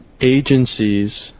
agencies